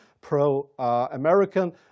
pro-American